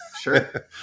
Sure